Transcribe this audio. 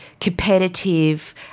competitive